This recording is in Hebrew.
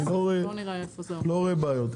אני לא רואה בעיות.